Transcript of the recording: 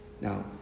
Now